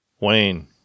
Wayne